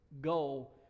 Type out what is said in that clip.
goal